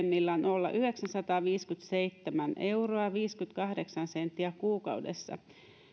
voi korkeimmillaan olla yhdeksänsataaviisikymmentäseitsemän euroa viisikymmentäkahdeksan senttiä kuukaudessa